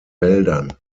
wäldern